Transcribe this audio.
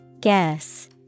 Guess